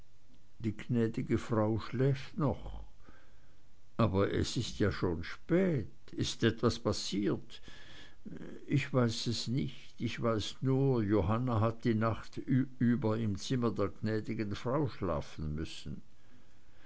die gnädige frau schläft noch aber es ist ja schon spät ist etwas passiert ich weiß es nicht ich weiß nur johanna hat die nacht über im zimmer der gnädigen frau schlafen müssen